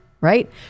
right